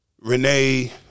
Renee